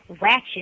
ratchet